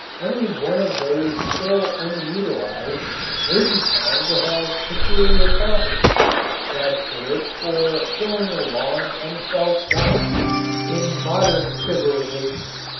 any one of those still unutilized may be found to have peculiar properties that fit it for filling a long unfelt want in modern civilization.